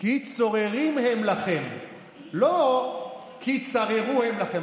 "כי צֹררים הם לכם", לא כי צררו הם לכם.